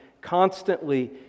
constantly